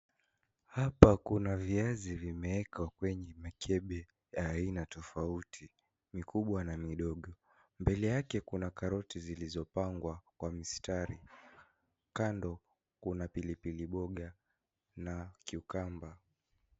Hapa kuna viazi vimeekwa kwenye mikebe ya aina tofauti mikubwa na midogo, mbele yake kuna karoti zilizopangwa Kwa mistari ,kando kuna pilipili (CS)powder(CS)na (CS) cucumber (CS).